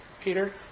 Peter